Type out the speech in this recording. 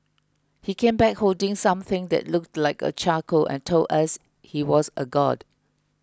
he came back holding something that looked like a charcoal and told us he was a god